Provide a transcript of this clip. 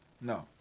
No